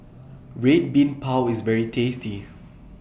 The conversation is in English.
Red Bean Bao IS very tasty